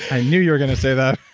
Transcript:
i knew you were going to say that.